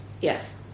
Yes